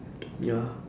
ya